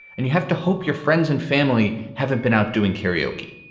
and you have to hope your friends and family haven't been out doing karaoke